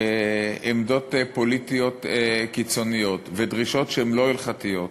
עמדות פוליטיות קיצוניות ודרישות שהן לא הלכתיות,